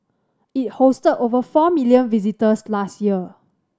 it hosted over four million visitors last year